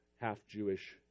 half-Jewish